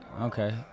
okay